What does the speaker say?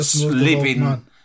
living